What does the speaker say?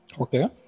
Okay